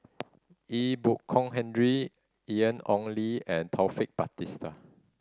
Ee Bu Kong Henry Ian Ong Li and Taufik Batisah